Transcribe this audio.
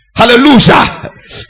hallelujah